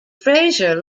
fraser